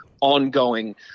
ongoing